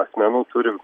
asmenų turi